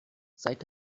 seit